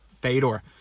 Fedor